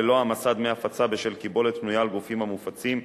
ללא העמסת דמי הפצה בשל קיבולת פנויה על הגופים המופצים,